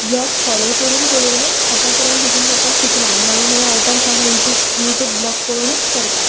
block follow करून करूनच आतां पर्यंत कुकींग करपाक शिकलां नवें नवें आयटम्स हांव यु ट्यूब ब्लॉक पळोवनूच करतां